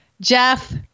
Jeff